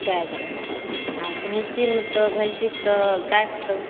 गायकऽ आ भैंसीमे तऽ भैंसीके तऽ गायके तब